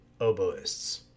oboists